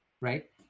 Right